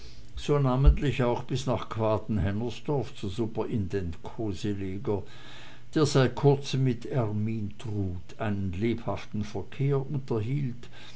so namentlich auch bis nach quaden hennersdorf zu superintendent koseleger der seit kurzem mit ermyntrud einen lebhaften verkehr unterhielt